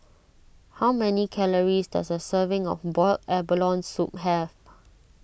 how many calories does a serving of Boiled Abalone Soup have